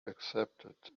accepted